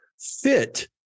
Fit